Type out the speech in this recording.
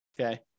okay